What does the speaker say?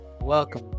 Welcome